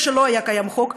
זה שלא היה קיים חוק,